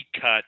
cut –